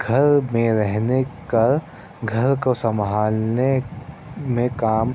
گھر میں رہنے کا گھر کو سنبھالنے میں کام